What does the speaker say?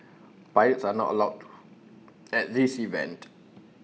pirates are not allowed at this event